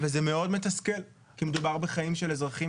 וזה מאוד מתסכל כי מדובר בחיים של אזרחים